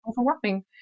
overwhelming